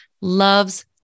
loves